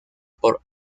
por